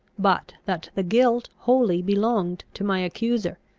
but that the guilt wholly belonged to my accuser.